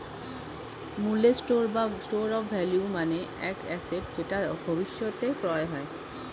মূল্যের স্টোর বা store of value মানে এক অ্যাসেট যেটা ভবিষ্যতে ক্রয় হয়